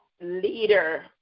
leader